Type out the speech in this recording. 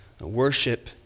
Worship